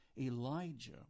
Elijah